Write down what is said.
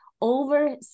over